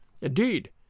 Indeed